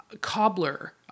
cobbler